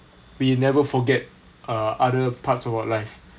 we never forget uh other parts of our life